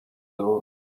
door